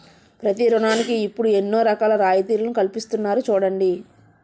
ప్రతి ఋణానికి ఇప్పుడు ఎన్నో రకాల రాయితీలను కల్పిస్తున్నారు చూడండి